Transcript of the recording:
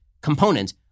component